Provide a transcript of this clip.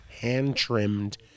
hand-trimmed